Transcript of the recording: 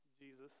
Jesus